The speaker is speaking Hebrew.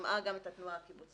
שמעה גם את התנועה הקיבוצית.